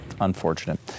Unfortunate